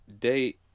date